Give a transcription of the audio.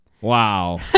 Wow